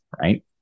right